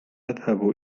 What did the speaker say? أذهب